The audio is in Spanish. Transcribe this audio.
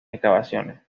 excavaciones